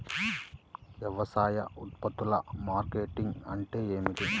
వ్యవసాయ ఉత్పత్తుల మార్కెటింగ్ అంటే ఏమిటి?